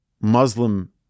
Muslim